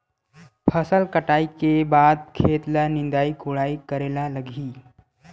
फसल कटाई के बाद खेत ल निंदाई कोडाई करेला लगही?